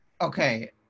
Okay